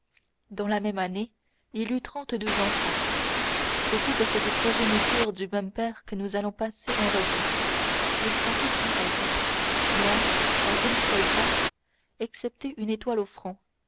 dans la même année il eut trente-deux enfants c'est toute cette progéniture du même père que nous allons passer en revue ils sont tous pareils noirs sans une seule tache excepté une étoile au front